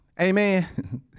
Amen